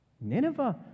Nineveh